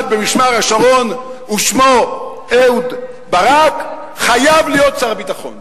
במשמר-השרון ושמו אהוד ברק חייב להיות שר הביטחון.